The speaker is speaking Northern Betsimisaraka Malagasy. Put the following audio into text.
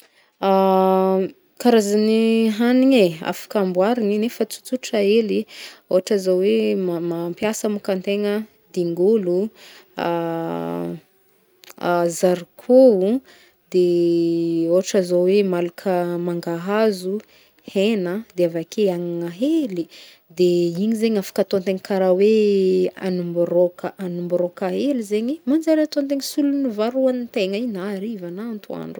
Karazagny hagniny, afaka amboarigny nefa tsotsotra hely, ôhatra zao hoe, mampiasa môka antegna dingolo, zarikô, de ôhatra zao hoe, malaka mangahazo, hena, de avake agnagna hely, de igny zegny afaka ataontegna karaha hoe hanimboroaka, hanimboroaka hely zegny manjary ataontegna solon'ny vary hoagnintegna igny na hariva na antoandro.